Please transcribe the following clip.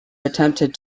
attempted